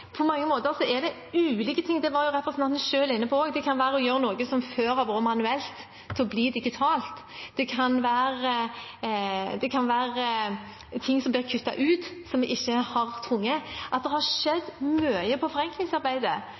På mange måter er det ulike ting, som representanten selv var inne på. Det kan være å gjøre noe som før var manuelt, til å bli digitalt. Det kan være ting som er blitt kuttet ut, som vi ikke har trengt. At det har skjedd mye i forenklingsarbeidet,